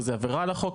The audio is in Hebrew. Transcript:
וזו עבירה על החוק,